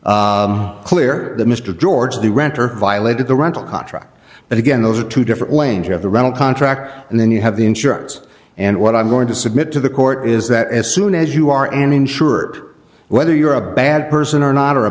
pretty clear that mr george the renter violated the rental contract but again those are two different lanes you have the rental contract and then you have the insurance and what i'm going to submit to the court is that as soon as you are an insurer whether you're a bad person or not